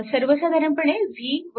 सर्वसाधारणपणे v 2i